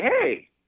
hey